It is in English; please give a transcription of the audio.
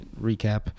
recap